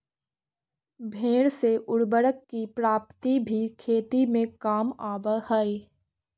भेंड़ से उर्वरक की प्राप्ति भी खेती में काम आवअ हई